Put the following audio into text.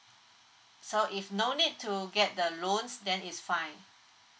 so if no need to get the loans then it's fine